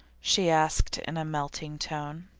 she asked in melting tone.